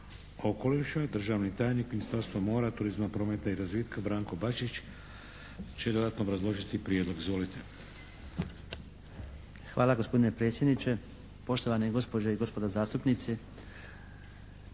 okoliša. Državni tajnik Ministarstva mora, turizma, prometa i razvitka Branko Bačić će dodatno obrazložiti prijedlog. Izvolite. **Bačić, Branko (HDZ)** Hvala gospodine predsjedniče. Poštovane gospođe i gospodo zastupnici